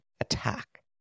attack